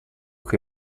che